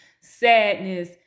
sadness